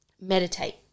meditate